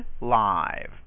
live